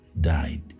died